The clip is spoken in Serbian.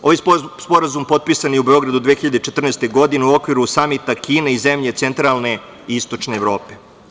Ovaj sporazum potpisan je u Beogradu 2014. godine, u okviru samita Kine i zemlje centralne i istočne Evrope.